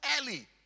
early